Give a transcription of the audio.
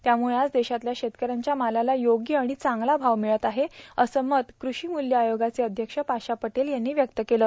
त्यामुळेच आज देशातल्या शेतकऱ्याच्या मालाला योग्य आणि चांगला भाव मिळत आहे अस मत कृषी मूल्य आयोगाचे अध्यक्ष पाशा पटेल यांनी व्यक्त केलं